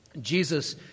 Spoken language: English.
Jesus